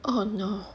oh no